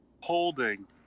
holding